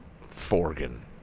Forgan